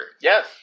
Yes